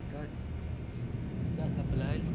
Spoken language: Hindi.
दस दस अप्लैल